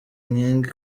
inkingi